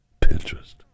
Pinterest